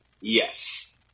Yes